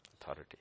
Authority